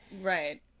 Right